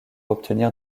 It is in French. obtenir